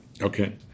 Okay